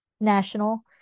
national